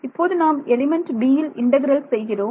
இப்போது நாம் element b ல் இன்டெக்ரல் செய்கிறோம்